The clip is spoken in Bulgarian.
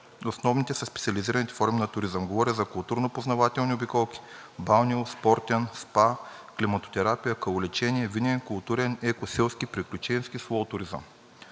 основните със специализираните форми на туризъм. Говоря за културно-опознавателни обиколки, балнео-, спортен, спа, климатотерапия, калолечение, винен, културен, еко-, селски, приключенски и слоу туризъм.